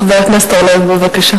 חבר הכנסת זבולון אורלב, בבקשה.